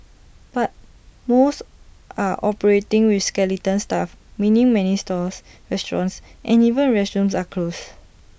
but most are operating with skeleton staff meaning many stores restaurants and even restrooms are closed